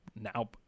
now